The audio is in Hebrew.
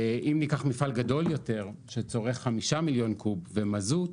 אם ניקח מפעל גדול יותר שצורך 5 מיליון קוב ומזוט,